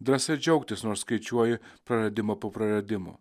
drąsa ir džiaugtis nors skaičiuoji praradimą po praradimo